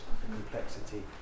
complexity